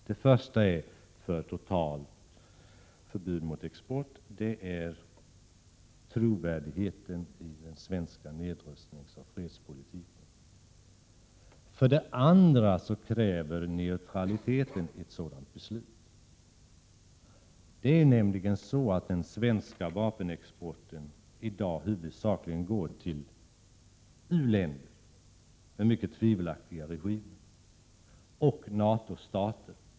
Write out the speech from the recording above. Det andra skälet är att neutraliteten kräver ett sådant beslut. Den svenska vapenexporten går i dag huvudsakligen till u-länder med mycket tvivelaktiga regimer och till NATO-stater.